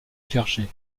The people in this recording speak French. clergé